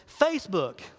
Facebook